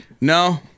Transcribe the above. No